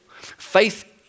Faith